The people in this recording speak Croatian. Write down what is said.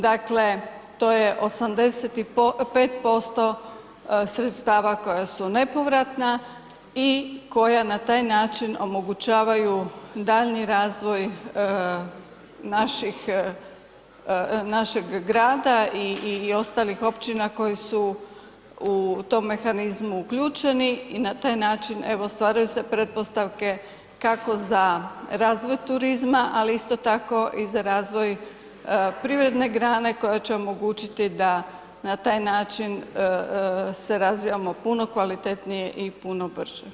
Dakle, to je 85% sredstava koja su nepovratna i koja na taj način omogućavaju daljnji razvoj našeg grada i ostalih općina koje su u tom mehanizmu uključeni i na taj način, evo, stvaraju se pretpostavke, kako za razvoj turizma, ali isto tako i za razvoj privredne grane koja će omogućiti da na taj način se razvijamo puno kvalitetnije i puno brže.